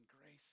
grace